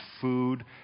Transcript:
food